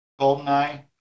Goldeneye